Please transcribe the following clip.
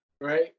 right